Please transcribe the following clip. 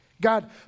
God